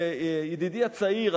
ידידי הצעיר,